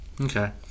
okay